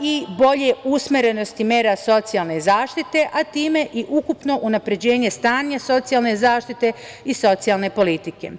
i bolje usmerenosti mera socijalne zaštite, a time i ukupno unapređenje stanja socijalne zaštite i socijalne politike.